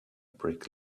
brick